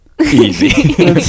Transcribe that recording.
easy